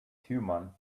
human